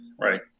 Right